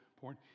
porn